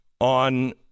on